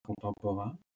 Contemporain